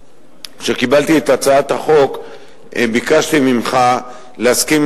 כשקיבלתי את הצעת החוק ביקשתי ממך להסכים